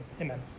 Amen